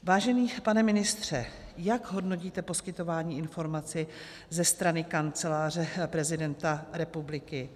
Vážený pane ministře, jak hodnotíte poskytování informací ze strany Kanceláře prezidenta republiky?